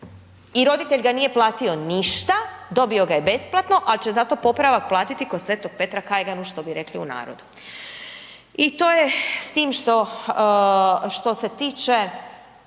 i roditelj ga nije platio ništa, dobio ga je besplatno, al će zato popravak platiti ko Svetog Petra kajganu što bi rekli u narodu. I to je s tim što, što se tiče